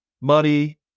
money